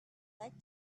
like